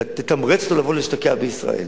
לתמרץ אותו לבוא להשתקע בישראל.